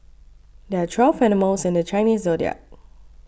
there are twelve animals in the Chinese zodiac